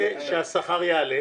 שהשכר יעלה